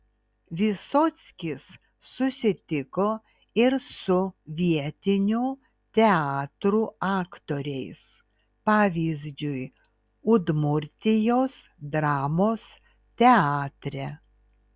vysockis susitiko ir su vietinių teatrų aktoriais pavyzdžiui udmurtijos dramos teatre